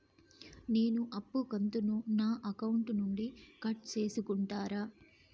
నేను అప్పు కంతును నా అకౌంట్ నుండి కట్ సేసుకుంటారా?